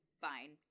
fine